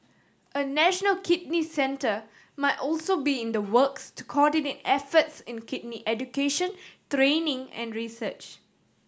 a national kidney centre might also be in the works to coordinate efforts in kidney education training and research